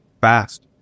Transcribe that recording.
fast